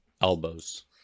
elbows